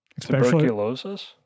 Tuberculosis